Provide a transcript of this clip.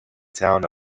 town